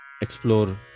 explore